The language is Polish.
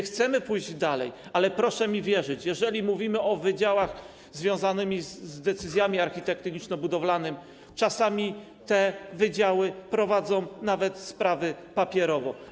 Chcemy pójść dalej, ale proszę mi wierzyć, jeżeli mówimy o wydziałach związanych z decyzjami architektoniczno-budowlanymi, czasami te wydziały prowadzą nawet sprawy papierowo.